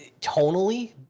tonally